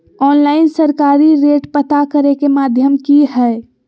Online सरकारी rate पता करे के माध्यम की हय?